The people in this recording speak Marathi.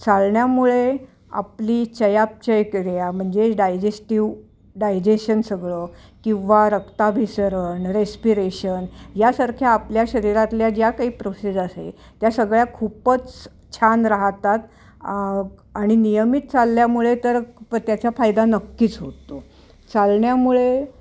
चालण्यामुळे आपली चयापचय क्रिया म्हणजे डायजेस्टिव्ह डायजेशन सगळं किंवा रक्ताभिसरण रेस्पिरेशन यासारख्या आपल्या शरीरातल्या ज्या काही प्रोसेस असे त्या सगळ्या खूपच छान राहतात आणि नियमित चालल्यामुळे तर प त्याचा फायदा नक्कीच होतो चालण्यामुळे